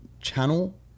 channel